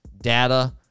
data